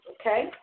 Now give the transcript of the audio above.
okay